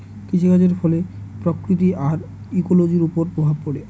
কৃষিকাজের ফলে প্রকৃতি আর ইকোলোজির ওপর প্রভাব পড়ে